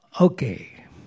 Okay